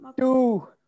two